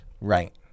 Right